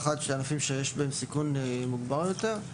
והשנייה של ענפים שיש בהם סיכון מוגבר יותר.